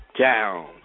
down